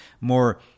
more